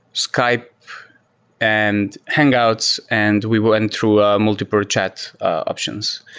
skype and hangouts, and we went through ah multiple chat options.